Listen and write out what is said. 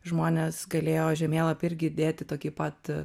žmonės galėjo žemėlapy irgi įdėti tokį pat